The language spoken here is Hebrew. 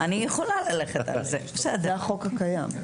זה החוק הקיים.